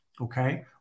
Okay